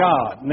God